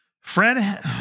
Fred